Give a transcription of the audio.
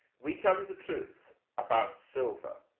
we tell you the truth about silver.